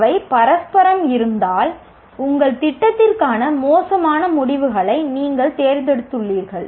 அவை பரஸ்பரம் இருந்தால் உங்கள் திட்டத்திற்கான மோசமான முடிவுகளை நீங்கள் தேர்ந்தெடுத்துள்ளீர்கள்